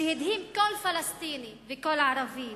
שהדהים כל פלסטיני וכל ערבי,